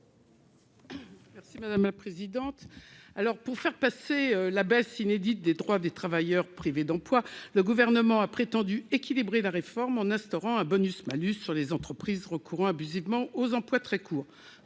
n° 89 rectifié. Pour faire passer la baisse inédite des droits des travailleurs privés d'emploi, le Gouvernement a prétendu équilibrer la réforme en instaurant un bonus-malus à destination des entreprises recourant abusivement aux emplois très courts,